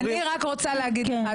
אני רק רוצה להגיד לך,